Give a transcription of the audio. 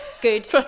Good